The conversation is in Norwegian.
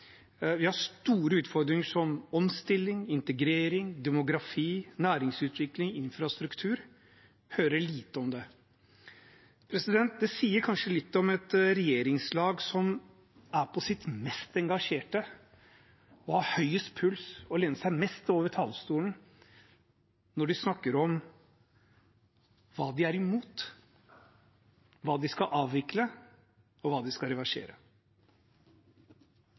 Vi har store utfordringer som omstilling, integrering, demografi, næringsutvikling, infrastruktur – det hører vi lite om. Det sier kanskje litt om et regjeringslag som er på sitt mest engasjerte og har høyest puls og lener seg mest over talerstolen når de snakker om hva de er imot, hva de skal avvikle, og hva de skal reversere.